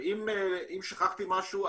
אם שכחתי משהו,